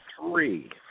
three